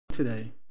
today